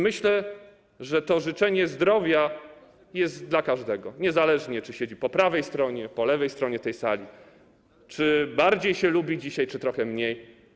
Myślę, że to życzenie zdrowia jest skierowane do każdego, niezależnie od tego, czy siedzi po prawej stronie, czy po lewej stronie tej sali, czy bardziej się go lubi dzisiaj, czy trochę mniej.